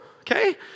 okay